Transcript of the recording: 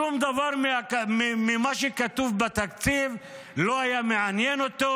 שום דבר ממה שכתוב בתקציב לא עניין אותו.